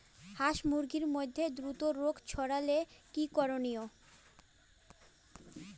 হাস মুরগির মধ্যে দ্রুত রোগ ছড়ালে কি করণীয়?